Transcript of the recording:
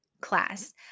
Class